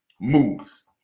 moves